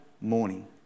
morning